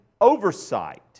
oversight